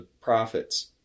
profits